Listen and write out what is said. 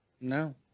No